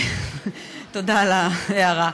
תודה על ההערה.